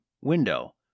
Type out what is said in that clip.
window